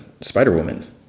Spider-Woman